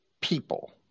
people